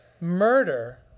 Murder